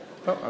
טוב,